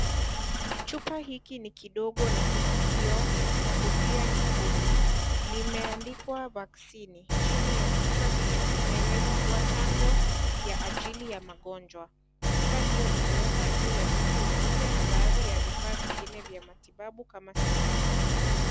Chupa hiki ni kidogo na kina kioo na kofia nyekundu limeandikwa vaccine chini ya kichwa hicho imeelezwa kuwa chanjo kwa ajili ya magonjwa chupa hiyo imewekwa juu ya uso mweupe na kuna baadhi ya vifaa vingine vya matibabu kama sindano.